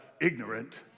ignorant